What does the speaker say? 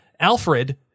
Alfred